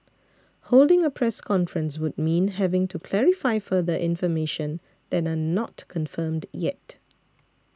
holding a press conference would mean having to clarify further information that are not confirmed yet